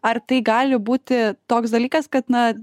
ar tai gali būti toks dalykas kad na